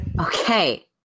Okay